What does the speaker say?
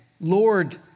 Lord